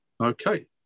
Okay